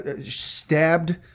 stabbed